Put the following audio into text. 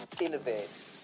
Innovate